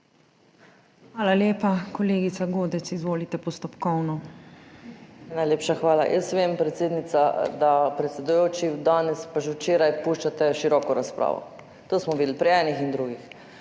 Hvala lepa. Kolegica Godec, izvolite, postopkovno. **JELKA GODEC (PS SDS):** Najlepša hvala. Jaz vem, predsednica, da predsedujoči danes, pa že včeraj, puščate široko razpravo. To smo videli pri enih in drugih,